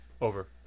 Over